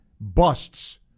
busts